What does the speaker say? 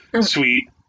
sweet